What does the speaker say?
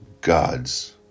God's